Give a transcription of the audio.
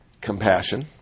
compassion